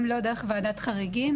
גם לא דרך ועדת חריגים.